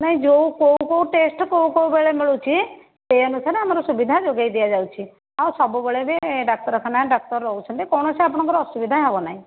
ନାହିଁ ଯେଉଁ କେଉଁ କେଉଁ ଟେଷ୍ଟ କେଉଁ କେଉଁ ବେଳେ ମିଳୁଛି ସେଇ ଅନୁସାରେ ଆମର ସୁବିଧା ଯୋଗାଇ ଦିଆଯାଉଛି ଆଉ ସବୁବେଳେ ବି ଡାକ୍ତରଖାନାରେ ଡାକ୍ତର ରହୁଛନ୍ତି କୌଣସି ଆପଣଙ୍କର ଅସୁବିଧା ହେବ ନାହିଁ